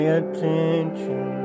attention